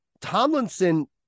Tomlinson